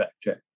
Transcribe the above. check